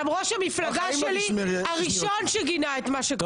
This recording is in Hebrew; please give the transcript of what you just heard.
גם ראש המפלגה שלי היה הראשון שגינה את מה שעבר על טלי גוטליב.